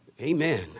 Amen